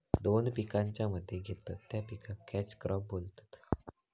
दोन पिकांच्या मध्ये घेतत त्या पिकाक कॅच क्रॉप बोलतत